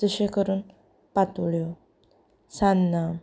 जशें करून पातोळ्यो सान्ना